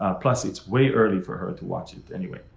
ah plus its way early for her to watch it anyway.